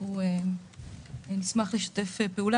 אנחנו נשמח לשתף פעולה.